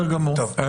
טוב.